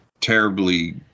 terribly